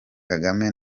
kagame